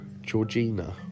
Georgina